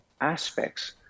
aspects